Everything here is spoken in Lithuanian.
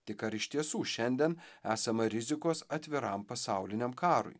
tik ar iš tiesų šiandien esama rizikos atviram pasauliniam karui